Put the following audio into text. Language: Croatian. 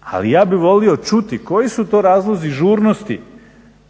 Ali ja bih volio čuti koji su to razlozi žurnosti